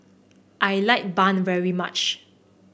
I like bun very much